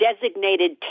designated